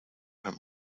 him